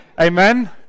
Amen